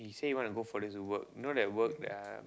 he say he want to go for this work you know that work that I